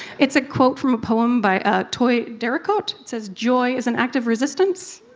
it's a quote from a poem by ah toi dericotte. it says, joy is an act of resistance.